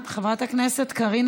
חברת הכנסת קארין